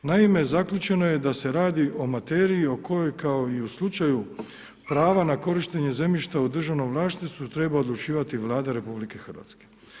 Naime zaključeno je da se radi o materiji o kojoj kao i u slučaju prava na korištenje zemljišta u državnom vlasništvu treba odlučivati Vlada Republike Hrvatske.